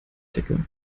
decke